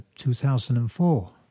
2004